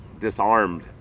disarmed